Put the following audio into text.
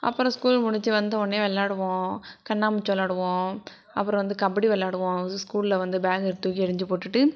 அப்புறம் ஸ்கூல் முடிச்சு வந்தவுடனே விள்ளாடுவோம் கண்ணாமூச்சி விள்ளாடுவோம் அப்புறம் வந்து கபடி விள்ளாடுவோம் ஸ்கூலில் வந்து பேகை தூக்கி எறிஞ்சு போட்டுவிட்டு